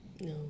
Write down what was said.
No